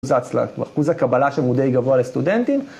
ואחוז הקבלה שהוא די גבוה לסטודנטים.